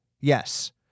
yes